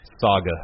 saga